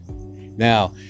Now